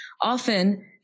Often